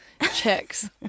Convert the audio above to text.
checks